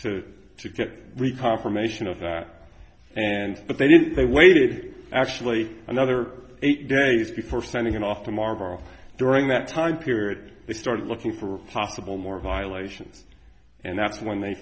to to get re confirmation of that and but they didn't they waited actually another eight days before sending it off tomorrow during that time period they started looking for possible more violations and that's when they